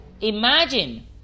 Imagine